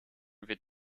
wird